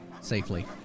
safely